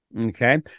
Okay